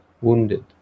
wounded